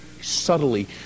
subtly